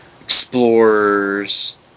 Explorers